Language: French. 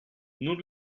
nous